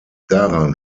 daran